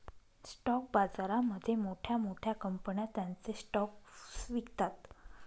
stock बाजारामध्ये मोठ्या मोठ्या कंपन्या त्यांचे स्टॉक्स विकतात